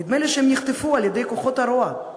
נדמה לי שהם נחטפו על-ידי כוחות הרוע.